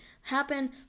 happen